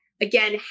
again